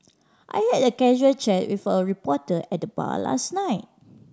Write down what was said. I had a casual chat with a reporter at bar last night